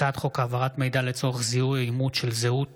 הצעת חוק העברת מידע לצורך זיהוי או אימות זהות